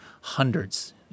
hundreds